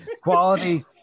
quality